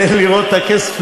תן לראות את הכסף.